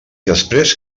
després